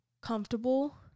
comfortable